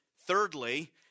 Thirdly